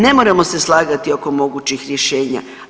Ne moramo se slagati oko mogućih rješenja.